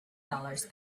dollars